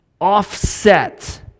offset